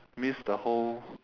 miss the whole